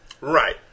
right